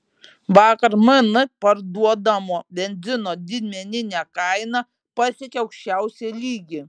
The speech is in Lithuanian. vakar mn parduodamo benzino didmeninė kaina pasiekė aukščiausią lygį